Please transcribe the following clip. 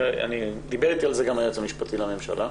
דיבר אתי על כך היועץ המשפטי לממשלה.